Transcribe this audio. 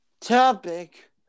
Topic